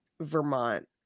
Vermont